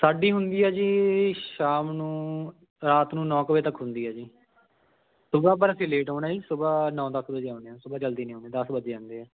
ਸਾਡੀ ਹੁੰਦੀ ਆ ਜੀ ਸ਼ਾਮ ਨੂੰ ਰਾਤ ਨੂੰ ਨੌ ਕੁ ਵਜੇ ਤੱਕ ਹੁੰਦੀ ਹੈ ਜੀ ਸੁਬਹਾ ਪਰ ਅਸੀਂ ਲੇਟ ਆਉਣਾ ਜੀ ਸੁਬਹਾ ਨੌ ਦਸ ਵਜੇ ਆਉਂਦੇ ਹਾਂ ਸੁਬਹਾ ਜਲਦੀ ਨਹੀਂ ਆਉਂਦੇ ਦਸ ਵੱਜ ਜਾਂਦੇ ਆ